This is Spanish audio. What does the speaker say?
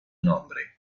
nombre